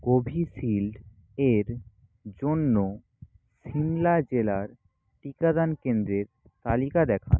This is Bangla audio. কোভিশিল্ড এর জন্য সিমলা জেলার টিকাদান কেন্দ্রের তালিকা দেখান